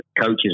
coaches